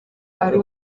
ari